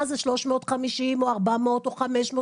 מה זה 350 או 400 או 500,